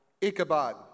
Ichabod